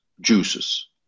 juices